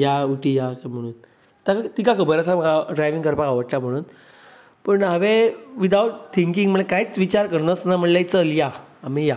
या उटी या म्हणून तिका खबर आसा म्हाका ड्रायवींग करपाक आवडटा म्हणून पूण हांवे विथआवट थिंकींग कांयच विचार करनासतना म्हणले चल या आमी या